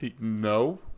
No